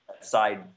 side